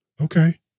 Okay